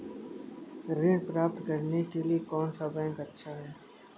ऋण प्राप्त करने के लिए कौन सा बैंक अच्छा है?